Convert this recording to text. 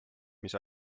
mis